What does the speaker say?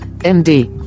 MD